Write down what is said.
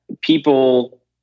people